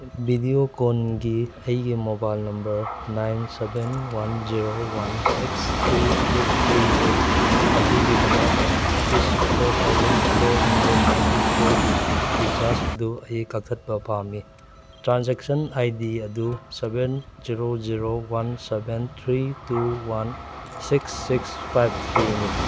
ꯚꯤꯗꯤꯌꯣꯀꯣꯟꯒꯤ ꯑꯩꯒꯤ mobile number nine seven one zero one six three eight three eight ꯑꯗꯨꯒꯤꯗꯃꯛ rupees four thousand four hundred ninety ꯐꯣꯔꯒꯤ recharge ꯑꯗꯨ ꯑꯩ ꯀꯛꯊꯠꯄ ꯄꯥꯝꯃꯤ ꯇ꯭ꯔꯥꯟꯖꯦꯛꯁꯟ ꯑꯥꯏ ꯗꯤ ꯑꯗꯨ seven zero zero one seven three two one six six five ꯊ꯭ꯔꯤꯅꯤ